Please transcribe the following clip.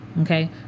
Okay